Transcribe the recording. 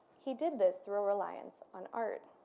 he did this through a reliance on art.